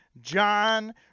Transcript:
john